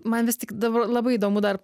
man vis tik dabar labai įdomu dar